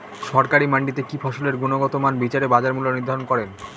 সরকারি মান্ডিতে কি ফসলের গুনগতমান বিচারে বাজার মূল্য নির্ধারণ করেন?